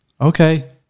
Okay